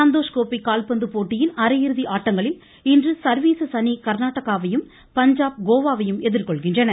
சந்தோஷ் கோப்பை கால்பந்து போட்டியின் அரையிறுதி ஆட்டங்களில் இன்று சர்வீசஸ் அணி கர்நாடகாவையும் பஞ்சாப் கோவாவையும் எதிர்கொள்கின்றன